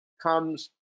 comes